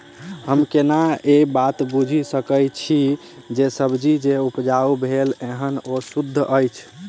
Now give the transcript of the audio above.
हम केना ए बात बुझी सकैत छी जे सब्जी जे उपजाउ भेल एहन ओ सुद्ध अछि?